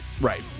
right